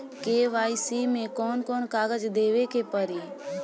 KYC मे कौन कौन कागज देवे के पड़ी?